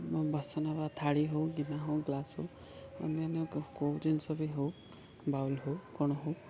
ବାସନ ବା ଥାଳି ହଉ ଗିନା ହଉ ଗ୍ଲାସ୍ ହଉ ଅନ୍ୟ ଅନ୍ୟ କେଉଁ ଜିନିଷ ବି ହଉ ବାଉଲ୍ ହଉ କ'ଣ ହଉ